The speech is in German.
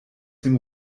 dem